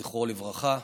זכרו לברכה,